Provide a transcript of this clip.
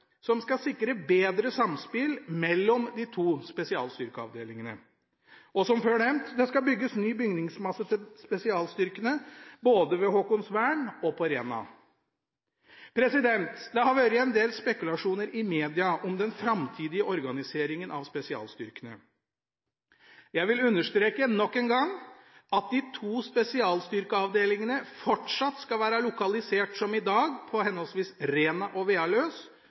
som skal sikre bedre samspill mellom de to spesialstyrkeavdelingene. Og – som før nevnt: Det skal bygges ny bygningsmasse til spesialstyrkene ved både Haakonsvern og på Rena. Det har vært en del spekulasjoner i media om den framtidige organiseringen av spesialstyrkene. Jeg vil understreke nok en gang at de to spesialstyrkeavdelingene fortsatt skal være lokalisert som i dag, på henholdsvis Rena og Vealøs